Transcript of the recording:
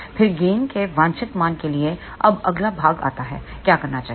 फिर गेन के वांछित मान के लिए अब अगला भाग आता है क्या करना चाहिए